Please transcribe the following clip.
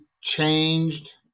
changed